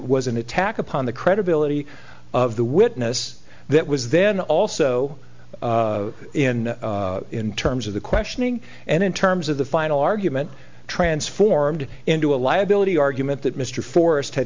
was an attack upon the credibility of the witness that was then also in in terms of the questioning and in terms of the final argument transformed into a liability argument that mr forrest had